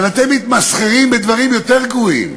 אבל אתם מתמסחרים בדברים יותר גרועים.